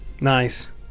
nice